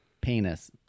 penis